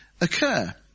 occur